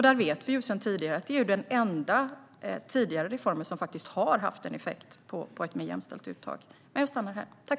Vi vet sedan tidigare att det är den enda tidigare reformen som faktiskt har haft en effekt på ett mer jämställt uttag.